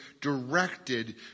directed